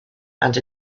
and